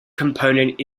component